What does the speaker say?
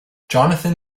johnathan